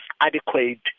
adequate